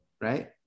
Right